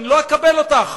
אני לא אקבל אותך.